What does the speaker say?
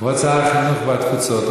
כבוד שר החינוך והתפוצות,